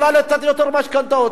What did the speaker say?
יכולה לתת יותר משכנתאות,